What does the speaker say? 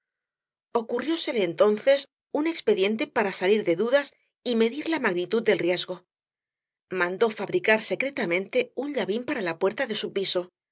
ocurriósele entonces un expediente para salir de dudas y medir la magnitud del riesgo mandó fabricar secretamente un llavín para la puerta de su piso